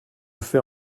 fais